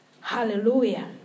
Hallelujah